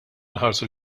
nħarsu